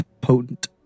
Potent